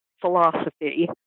philosophy